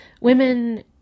women